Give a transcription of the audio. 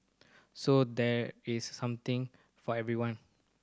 so there is something for everyone